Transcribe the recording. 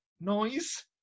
noise